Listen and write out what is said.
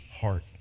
heart